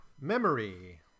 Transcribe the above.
Memory